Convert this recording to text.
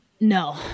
No